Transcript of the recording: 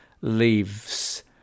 leaves